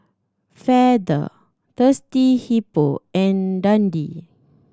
Feather Thirsty Hippo and Dundee